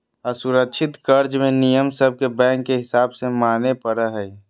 असुरक्षित कर्ज मे नियम सब के बैंक के हिसाब से माने पड़ो हय